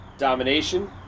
Domination